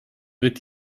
wird